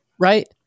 right